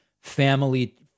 family